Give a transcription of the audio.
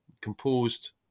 composed